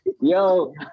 Yo